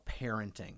parenting